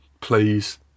please